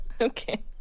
Okay